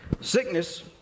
sickness